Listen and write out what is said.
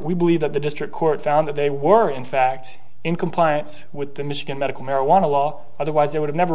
we believe that the district court found that they were in fact in compliance with the michigan medical marijuana law otherwise they would have never